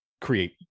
create